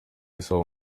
isaba